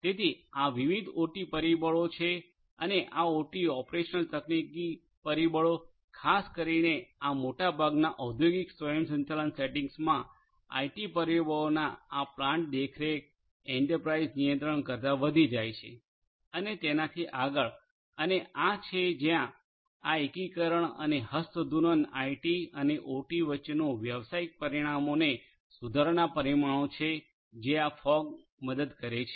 તેથી આ વિવિધ ઓટી પરિબળો છે અને આ ઓટી ઓપરેશનલ તકનીકી પરિબળો ખાસ કરીને આ મોટાભાગના ઔદ્યોગિક સ્વયંસંચાલન સેટિંગ્સમા આઇટી પરિબળોના આ પ્લાન્ટ દેખરેખ એન્ટરપ્રાઇઝ નિયંત્રણ કરતાં વધી જાય છે અને તેનાથી આગળ અને આ છે જ્યાં આ એકીકરણ અને હસ્તધૂનન આઇટી અને ઓટી વચ્ચેનું વ્યવસાયિક પરિણામોને સુધારવાનાં પરિમાણો છે જ્યાં આ ફોગ મદદ કરે છે